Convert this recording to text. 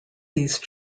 these